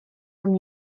from